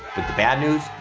but the bad news,